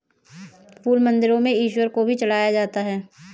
फूल मंदिरों में ईश्वर को भी चढ़ाया जाता है